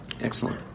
Excellent